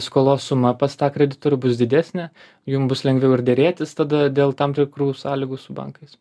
skolos suma pas tą kreditorių bus didesnė jum bus lengviau ir derėtis tada dėl tam tikrų sąlygų su bankais